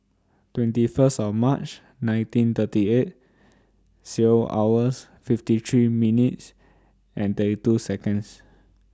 twenty First of March nineteen thirty eight C O hours fifty three minutes and thirty two Seconds